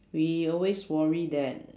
we always worry that